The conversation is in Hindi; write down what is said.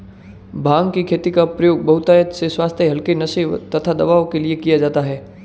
भांग की खेती का प्रयोग बहुतायत से स्वास्थ्य हल्के नशे तथा दवाओं के लिए किया जाता है